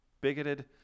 bigoted